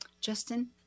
justin